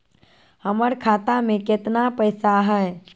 हमर खाता मे केतना पैसा हई?